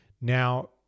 Now